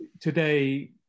today